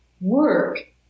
work